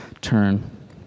Turn